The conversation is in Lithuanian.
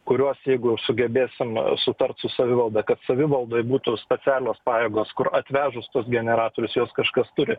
kuriuos jeigu sugebėsim sutart su savivalda kad savivaldoj būtų specialios pajėgos kur atvežus tuos generatorius juos kažkas turi